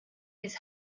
his